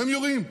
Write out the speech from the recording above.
והם יורים,